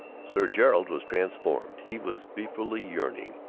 sir gerald was transformed. he was beefily yearning.